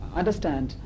understand